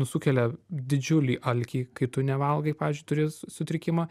sukelia didžiulį alkį kai tu nevalgai pavyzdžiui turi su sutrikimą